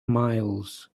miles